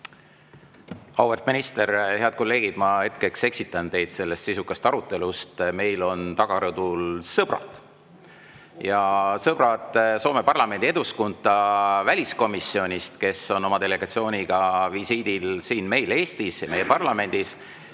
Auväärt minister! Head kolleegid! Ma hetkeks eksitan teid sellest sisukast arutelust. Meil on taga rõdul sõbrad Soome parlamendi Eduskunta väliskomisjonist. Nad on oma delegatsiooniga visiidil siin Eestis, meie parlamendis,